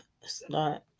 start